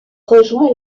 rejoint